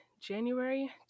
January